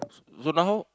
so now